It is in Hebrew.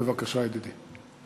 בבקשה, ידידי.